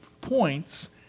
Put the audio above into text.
points